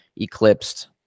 eclipsed